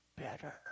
better